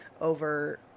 over